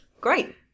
Great